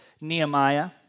Nehemiah